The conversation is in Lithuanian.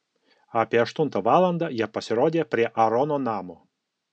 apie aštuntą valandą jie pasirodė prie aarono namo